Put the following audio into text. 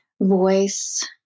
voice